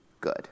good